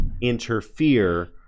interfere